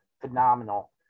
phenomenal